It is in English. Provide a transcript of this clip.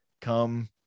Come